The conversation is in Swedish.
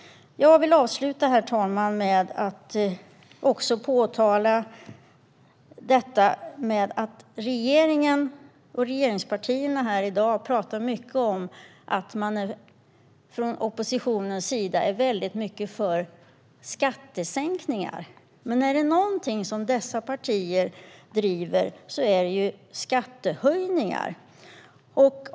Herr talman! Regeringen och regeringspartierna talar mycket om att oppositionen är för skattesänkningar. Men är det någonting de partierna själva driver är det skattehöjningar.